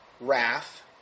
wrath